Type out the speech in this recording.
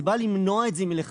זה בא למנוע את זה מלכתחילה.